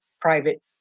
private